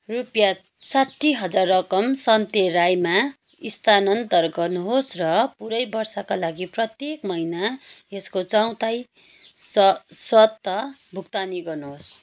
रुपियाँ साठी हजार रकम सन्ते राईमा स्थानान्तर गर्नुहोस् र पूरै वर्षका लागि प्रत्येक महिना यसको चौथाइ स्व स्वतः भुक्तानी गर्नुहोस्